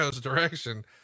direction